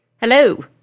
Hello